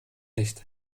nicht